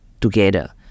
together